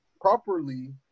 properly